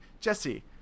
Jesse